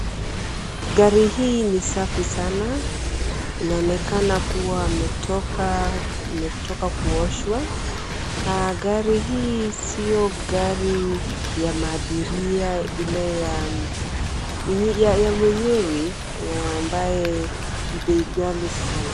Gari hii ni safi sana. Inaonakena kuwa imetoka kuoshwa. Gari hii sio gari ya maabiria ya mwenyewe na ambaye ni bei ghali sana.